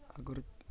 ଆଗରୁ